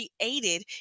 created